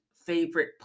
favorite